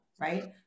right